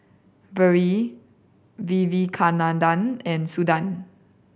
Vedre Vivekananda and Suda